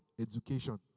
education